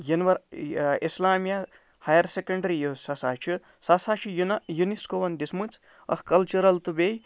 یونیوَر اِسلامیہ ہایَر سیٚکنٛڈری یۄس ہسا چھِ سۄ ہسا چھِ یُو یوٗنِسکووَن دِژمٕژ اَکھ کَلچَرَل تہٕ بیٚیہِ